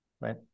right